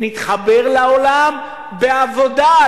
נתחבר לעולם בעבודה,